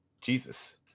Jesus